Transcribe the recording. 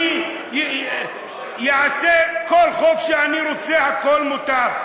אני אעשה כל חוק שאני רוצה, הכול מותר.